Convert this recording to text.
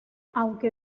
aunque